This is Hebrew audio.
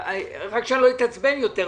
רק שאני לא אתעצבן יותר מדי,